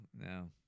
no